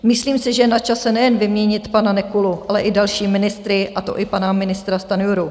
Myslím si, že je načase nejen vyměnit pana Nekulu, ale i další ministry, a to i pana ministra Stanjuru.